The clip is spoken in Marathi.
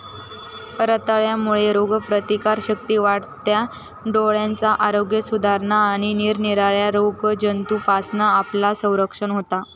रताळ्यांमुळे रोगप्रतिकारशक्ती वाढता, डोळ्यांचा आरोग्य सुधारता आणि निरनिराळ्या रोगजंतूंपासना आपला संरक्षण होता